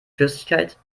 flüssigkeit